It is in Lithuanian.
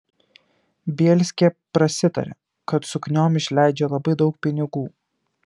bielskė prasitarė kad sukniom išleidžia labai daug pinigų